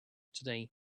today